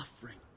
suffering